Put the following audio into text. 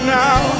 now